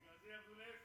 בגלל זה ירדו לאפס.